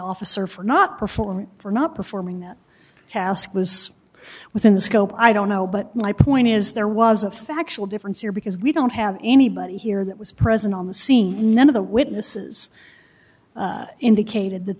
officer for not performing for not performing that task was within the scope i don't know but my point is there was a factual difference here because we don't have anybody here that was present on the scene none of the witnesses indicated that